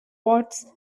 what